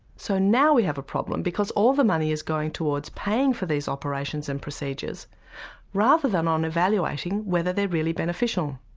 so now we have a problem because all the money is going towards paying for these operations and procedures rather than on evaluating whether they're really beneficial.